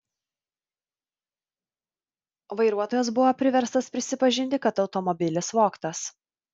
vairuotojas buvo priverstas prisipažinti kad automobilis vogtas